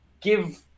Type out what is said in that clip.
give –